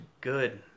good